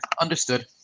Understood